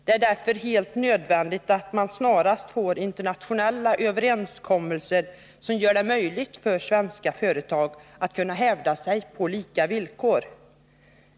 Det är därför helt nödvändigt att man snarast får till stånd internationella överenskommelser som gör det möjligt för svenska företag att hävda sig på lika villkor.